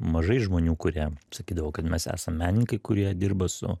mažai žmonių kurie sakydavo kad mes esam menininkai kurie dirba su